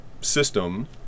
system